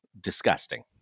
disgusting